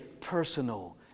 personal